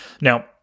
Now